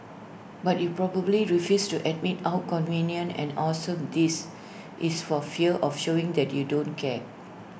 but you probably refuse to admit how convenient and awesome this is for fear of showing that you don't care